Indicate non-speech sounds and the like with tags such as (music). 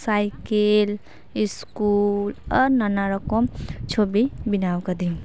cycle school (unintelligible) ᱱᱟᱱᱟ ᱨᱚᱠᱚᱢ ᱪᱷᱚᱵᱤ ᱵᱮᱱᱟᱣ ᱟᱠᱟᱹᱫᱟᱹᱧ